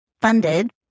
funded